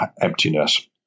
emptiness